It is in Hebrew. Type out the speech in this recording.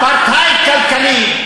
אפרטהייד כלכלי.